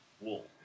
wool